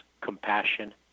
compassion